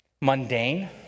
mundane